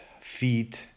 feed